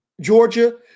Georgia